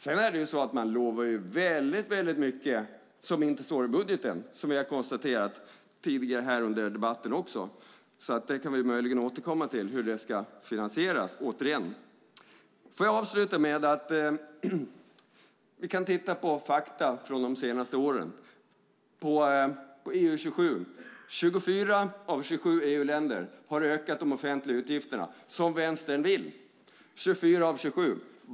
Sedan är det så att man lovar väldigt mycket som inte står i budgeten, som vi har konstaterat tidigare under debatten också. Hur det ska finansieras kan vi möjligen återkomma till. Får jag avsluta med att titta på fakta från de senaste åren, på EU-27. 24 av 27 EU-länder har ökat de offentliga utgifterna, som vänstern vill - 24 av 27.